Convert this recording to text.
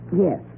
yes